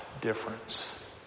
difference